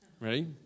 Ready